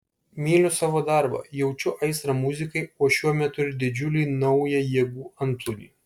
myliu savo darbą jaučiu aistrą muzikai o šiuo metu ir didžiulį naują jėgų antplūdį